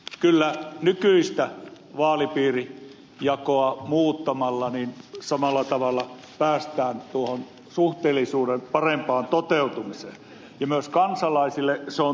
kyllä nykyistä vaalipiirijakoa muuttamalla samalla tavalla päästään tuohon suhteellisuuden parempaan toteutumiseen ja myös kansalaisille uusi jako olisi tuttu